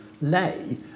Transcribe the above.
lay